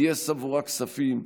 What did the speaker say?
גייס עבורה כספים,